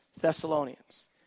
Thessalonians